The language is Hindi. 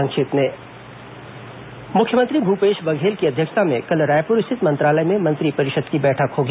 संक्षिप्त समाचार मुख्यमंत्री भूपेश बघेल की अध्यक्षता में कल रायपुर स्थित मंत्रालय में मंत्रिपरिषद की बैठक होगी